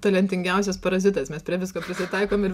talentingiausias parazitas mes prie visko prisitaikom ir